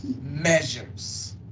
measures